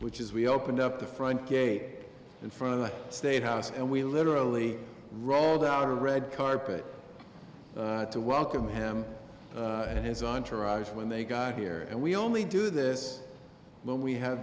which is we opened up the front gate in front of the state house and we literally rolled out a red carpet to welcome him and his entourage when they got here and we only do this when we have